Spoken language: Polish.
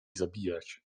zabijać